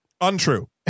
Untrue